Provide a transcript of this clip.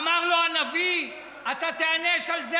אמר לו הנביא: אתה תיענש על זה,